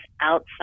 outside